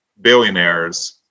billionaires